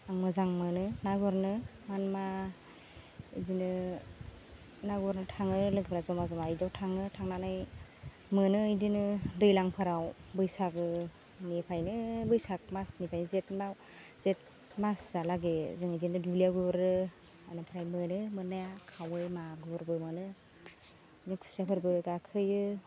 आं मोजां मोनो ना गुरनो मानोमा इदिनो ना गुरनो थाङो लोगोफ्रा ज'मा ज'मा इदियाव थाङो थांनानै मोनो इदिनो दैलांफोराव बैसागोनिफायनो बैसाग मासनिफाय जेथ मासहालागै जों बिदिनो दुब्लिआवबो गुरो एनिफ्राय मोनो मोन्नाया खावै मागुरबो मोनो दिनो खुसियाफोरबो गाखोयो